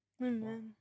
Amen